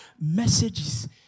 messages